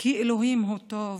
כי אלוהים הוא טוב,